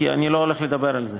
כי אני לא הולך לדבר על זה.